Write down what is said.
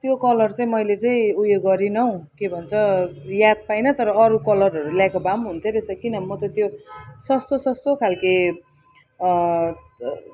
त्यो कलर चाहिँ मैले चाहिँ ऊ यो गरिनँ हौ के भन्छ याद पाइनँ तर अरू कलरहरू ल्याएको भए पनि हुन्थ्यो रहेछ किनभने म त त्यो सस्तो सस्तो खालको